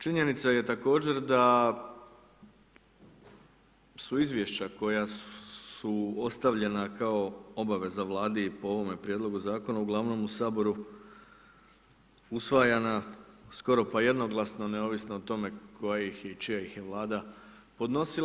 Činjenica je također da su izvješća koja su ostavljena kao obaveza Vladi i po ovome prijedlogu zakona uglavnom u saboru usvajana skoro pa jednoglasno neovisno o tome koja ih je i čija ih je vlada podnosila.